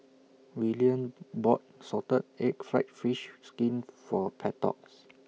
Willian bought Salted Egg Fried Fish Skin For